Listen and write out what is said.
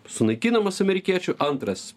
sunaikinamas amerikiečių antras